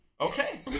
okay